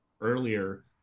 earlier